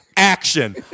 Action